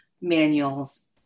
manuals